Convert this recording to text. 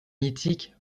mythique